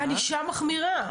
-- ענישה מחמירה.